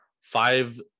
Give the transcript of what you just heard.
five